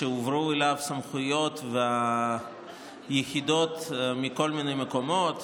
הועברו אליו סמכויות ויחידות מכל מיני מקומות,